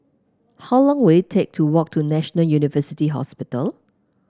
how long will it take to walk to National University Hospital